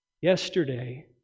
Yesterday